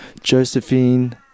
Josephine